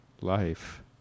Life